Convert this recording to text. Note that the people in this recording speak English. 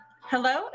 Hello